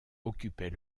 occupait